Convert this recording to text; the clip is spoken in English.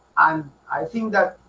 um i think that